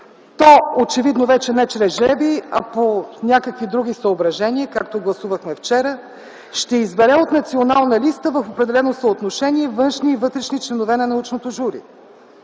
То, очевидно вече не чрез жребий, а по някакви други съображения, както гласувахме вчера, ще избере от Национална листа в определено съотношение външни и вътрешни членове на научното жури.